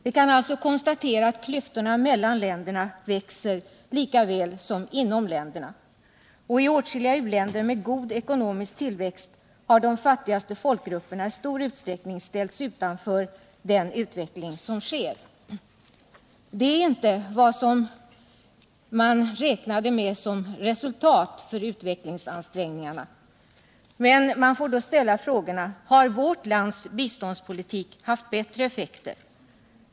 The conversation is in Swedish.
Vi kan alltså konstatera att klyftorna mellan länderna växer lika väl som inom länderna. I åtskilliga u-länder med god ekonomisk tillväxt har de fattigaste folkgrupperna i stor utsträckning ställts utanför utvecklingen. Och detta är inte det resultat av utvecklingsansträngningarna som man räknade med. Man får då fråga sig: Har vårt lands biståndspolitik haft bättre effekt?